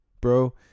bro